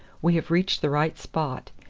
we have reached the right spot.